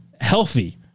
Healthy